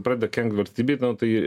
pradeda kenkt valstybei tai